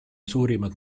suurimad